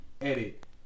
edit